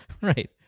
Right